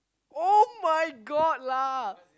[oh]-my-God lah